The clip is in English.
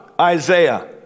Isaiah